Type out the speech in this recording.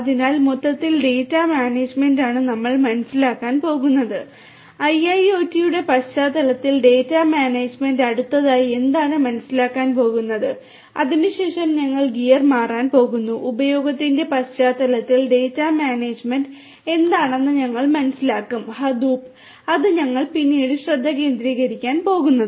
അതിനാൽ മൊത്തത്തിൽ ഡാറ്റ മാനേജുമെന്റാണ് നമ്മൾ മനസ്സിലാക്കാൻ പോകുന്നത് ഐഐഒടിയുടെ പശ്ചാത്തലത്തിൽ ഡാറ്റാ മാനേജ്മെന്റ് അടുത്തതായി എന്താണ് മനസ്സിലാക്കാൻ പോകുന്നത് അതിനുശേഷം ഞങ്ങൾ ഗിയർ മാറാൻ പോകുന്നു ഉപയോഗത്തിന്റെ പശ്ചാത്തലത്തിൽ ഡാറ്റ മാനേജ്മെന്റ് എന്താണെന്ന് ഞങ്ങൾ മനസ്സിലാക്കും ഹദൂപ് അതാണ് ഞങ്ങൾ പിന്നീട് ശ്രദ്ധ കേന്ദ്രീകരിക്കാൻ പോകുന്നത്